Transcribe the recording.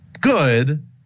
good